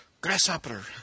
grasshopper